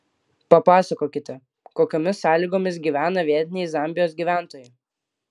papasakokite kokiomis sąlygomis gyvena vietiniai zambijos gyventojai